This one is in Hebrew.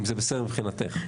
אם זה בסדר מבחינתך.